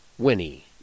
Winnie